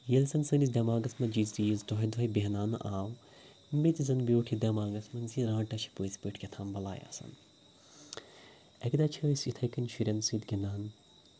ییٚلہِ زَن سٲنِس دیماغَس منٛز یہِ چیٖز دوٚہَے دوٚہَے بٮ۪ہناونہٕ آو مےٚ تہِ زَن بِیوٗٹھ یہِ دٮ۪ماغَس منٛز زِ رانٛٹَس چھِ پٕزۍ پٲٹھۍ کینٛہہ تام بَلاے آسان اَکہِ دۄہ چھِ أسۍ یِتھٕے کٕنۍ شُرٮ۪ن سۭتۍ گِنٛدان